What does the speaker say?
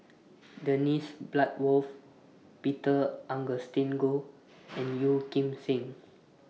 Dennis Bloodworth Peter Augustine Goh and Yeo Kim Seng